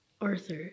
Arthur